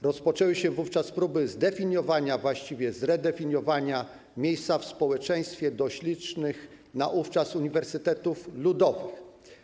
Rozpoczęły się wówczas próby zdefiniowania, właściwie zredefiniowania miejsca w społeczeństwie do ślicznych naówczas uniwersytetów ludowych.